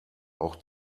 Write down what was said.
auch